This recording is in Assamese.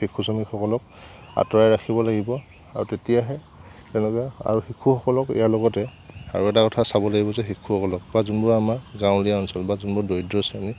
শিশু শ্ৰমিকসকলক আঁতৰাই ৰাখিব লাগিব আৰু তেতিয়াহে তেনেকুৱা আৰু শিশুসকলক ইয়াৰ লগতে আৰু এটা কথা চাব লাগিব যে শিশুসকলক বা যোনবোৰ আমাৰ গাঁৱলীয়া অঞ্চল বা যোনবোৰ দৰিদ্ৰ শ্ৰেণীৰ